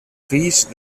fills